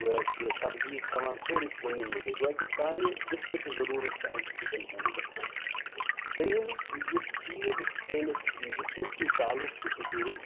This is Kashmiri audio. گویا کہِ سبزی کھٮ۪وان سورُے چھِ زٔمیٖن منٛزٕے گویا کہِ سانہِ جِسمٕچہِ ضٔروٗرت چھِ اَمہِ سۭتۍ پوٗرٕ گژھان دٔیِم یُس چیٖز سٲنِس جِسمَس سۭتۍ تعلُق چھِ سُہ چھُ روح